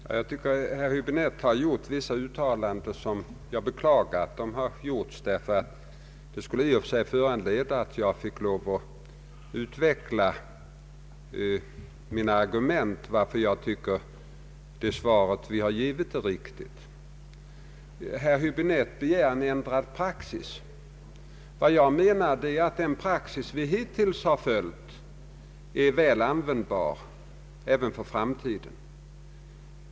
Herr talman! Herr Häöäbinette har gjort vissa uttalanden som jag beklagar, eftersom de föranleder att jag måste utveckla mina argument för uppfattningen att det svar jag har gett är riktigt. Herr Häbinette begär en ändrad praxis. Jag menar att den praxis vi hittills följt är användbar även för framtiden.